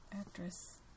actress